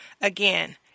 Again